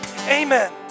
amen